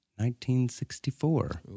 1964